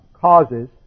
causes